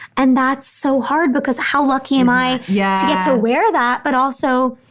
and that's so hard because how lucky am i? yeah to get to wear that. but also,